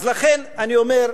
אז לכן אני אומר,